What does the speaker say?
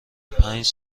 پنج